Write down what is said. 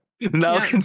now